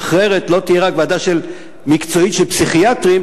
המשחררת לא תהיה רק ועדה מקצועית של פסיכיאטרים,